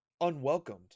Unwelcomed